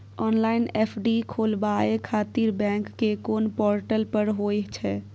Online FD खोलाबय खातिर bank के कोन पोर्टल पर होए छै?